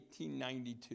1892